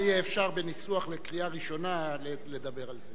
אפשר בניסוח לקריאה הראשונה לדבר על זה.